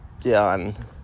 done